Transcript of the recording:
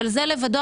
זה לבדו,